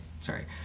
sorry